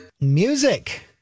Music